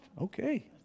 okay